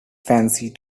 fancy